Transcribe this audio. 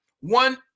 one